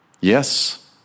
Yes